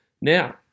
Now